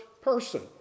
person